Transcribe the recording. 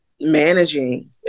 managing